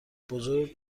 بزرگ